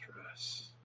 Stress